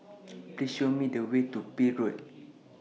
Please Show Me The Way to Peel Road